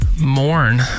mourn